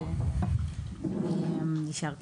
יישר כוח.